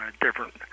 different